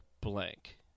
blank